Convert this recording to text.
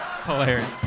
Hilarious